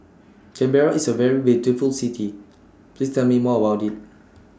Canberra IS A very beautiful City Please Tell Me More about IT